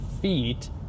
feet